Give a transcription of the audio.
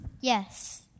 Yes